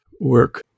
work